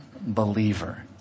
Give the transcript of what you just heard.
believer